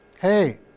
hey